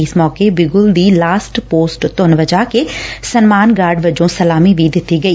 ਇਸ ਮੌਕੇ ਬਿਗੁਲ ਦੀ ਲਾਸਟ ਪੋਸਟ ਧੁੰਨ ਵਜਾ ਕੇ ਸਨਮਾਨ ਗਾਰਡ ਵਜੋਂ ਸਲਾਮੀ ਵੀ ਦਿੱਤੀ ਗਈ